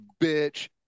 bitch